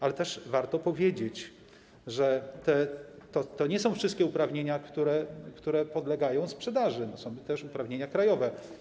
Ale też warto powiedzieć, że to nie są wszystkie uprawnienia, które podlegają sprzedaży, są też uprawnienia krajowe.